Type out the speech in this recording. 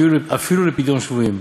אפילו לפדיון שבויים,